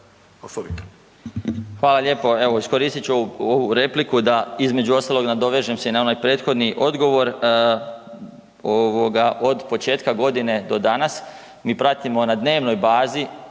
Hvala lijepo. Evo, iskoristit ću ovu repliku da između ostalog dovežem se i na onaj prethodni odgovor. Ovoga od početka godine do danas mi pratimo na dnevnoj bazi